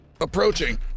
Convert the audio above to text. Approaching